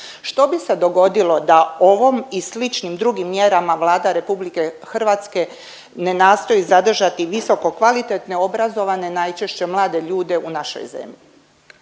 Što bi se dogodilo da ovom i sličnim drugim mjerama Vlada RH ne nastojati zadržati visokokvalitetne obrazovane najčešće mlade ljude u našoj zemlji?